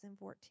2014